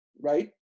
right